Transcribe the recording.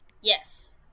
Yes